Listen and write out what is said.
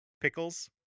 pickles